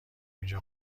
اینجا